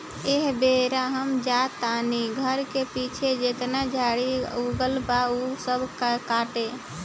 एह बेरा हम जा तानी घर के पीछे जेतना झाड़ी उगल बा ऊ सब के काटे